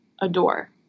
adore